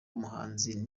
umuhanuzi